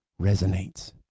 resonates